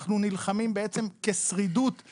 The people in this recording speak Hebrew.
אנחנו נלחמים בעצם כשרידות ולא כביצוע